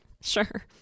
sure